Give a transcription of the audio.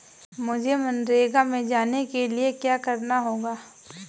मुझे मनरेगा में जाने के लिए क्या करना होगा?